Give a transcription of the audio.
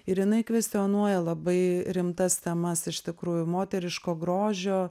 ir jinai kvestionuoja labai rimtas temas iš tikrųjų moteriško grožio